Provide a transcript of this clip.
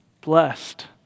Blessed